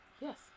Yes